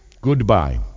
Goodbye